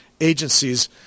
agencies